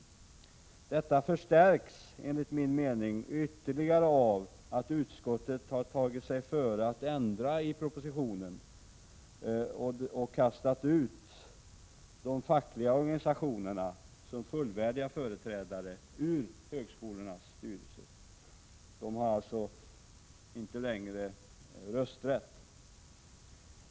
Detta problem förstärks enligt min mening ytterligare av att utskottet har tagit sig före att ändra i propositionen och vill kasta ut de fackliga organisationernas representanter när det gäller att vara fullvärdiga företrädare i högskolornas styrelser. De har alltså inte längre rösträtt.